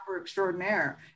extraordinaire